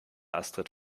astrid